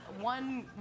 one